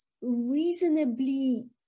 reasonably